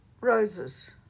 Roses